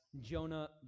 Jonah